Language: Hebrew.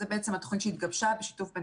זו בעצם התוכנית שהתגבשה בשיתוף בין